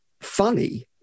funny